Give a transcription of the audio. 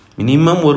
minimum